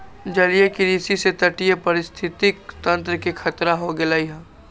जलीय कृषि से तटीय पारिस्थितिक तंत्र के खतरा हो गैले है